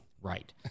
Right